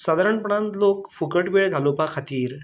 सादारणपणान लोक फुकट वेळ घालोवपा खातीर